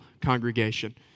congregation